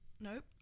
nope